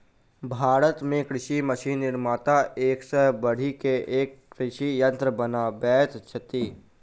भारत मे कृषि मशीन निर्माता एक सॅ बढ़ि क एक कृषि यंत्र बनबैत छथि